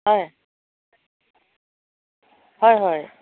হয় হয় হয়